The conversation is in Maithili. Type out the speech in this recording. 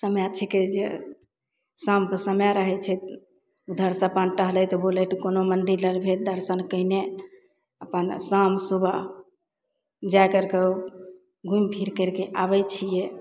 समय छिकै जे शामके समय रहय छै उधरसँ अपन टहलैत बूलैत कोनो मन्दिर अर भेल दर्शन कयने अपन शाम सुबह जा करके घूमि फिरके आबय छियै